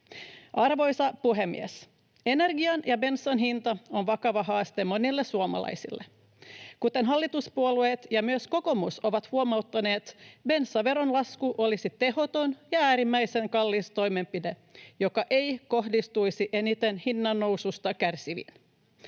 Arvoisa puhemies! Energian ja bensan hinta on vakava haaste monille suomalaisille. Kuten hallituspuolueet ja myös kokoomus ovat huomauttaneet, bensaveron lasku olisi tehoton ja äärimmäisen kallis toimenpide, joka ei kohdistuisi eniten hinnannoususta kärsiviin.